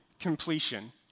completion